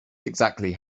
exactly